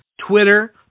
Twitter